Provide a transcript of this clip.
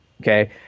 Okay